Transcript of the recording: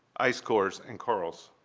ice cores, and corals.